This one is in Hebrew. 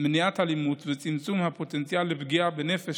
למניעת אלימות ולצמצום הפוטנציאל לפגיעה בנפש